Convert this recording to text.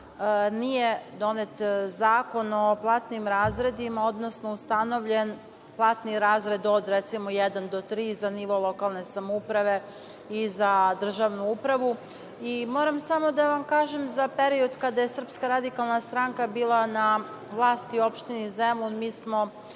nije donet zakon o platnim razredima, odnosno ustanovljen platni razred od, recimo, jedan do tri za nivo lokalne samouprave i za državnu upravu. Moram samo da vam kažem za period kada je SRS bila na vlasti u opštini Zemun, mi smo